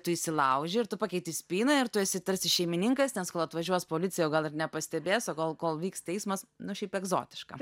tu įsilauži ir tu pakeiti spyną ir tu esi tarsi šeimininkas nes kol atvažiuos policija o gal ir nepastebės o kol kol vyks teismas na šiaip egzotiška